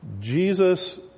Jesus